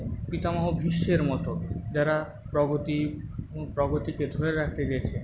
পিতামহ ভীষ্মের মতো যারা প্রগতি প্রগতিকে ধরে রাখতে চেয়েছে